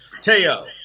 Teo